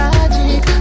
Magic